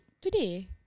today